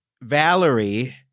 Valerie